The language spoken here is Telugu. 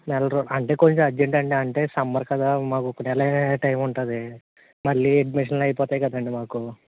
నెల రో అంటే కొంచెం అర్జెంట్ అండి అంటే సమ్మర్ కదా మాకు ఒక నెలే టైమ్ ఉంటుంది మళ్ళీ అడ్మిషన్లు అయిపోతాయి కదండీ మాకు